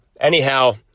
anyhow